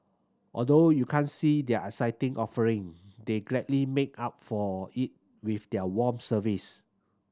although you can't see their exciting offering they gladly make up for it with their warm service